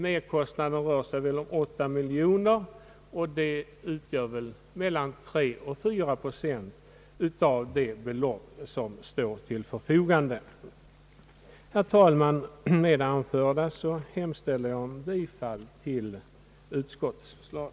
Merkostnaden rör sig om cirka 8 miljoner kronor, vilket utgör mellan 3 och 4 procent av det belopp som står till förfogande. Herr talman! Med det anförda hemställer jag om bifall till utskottets förslag.